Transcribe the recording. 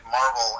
marvel